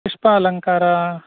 पुष्पालङ्कारः